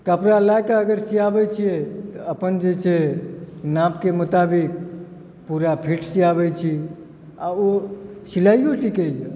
कपड़ा लए कऽ अगर सियाबैत छियै तऽ अपन जे छै नापके मुताबिक पूरा फिट सियाबैत छी आ ओ सिलाइयो टिकैए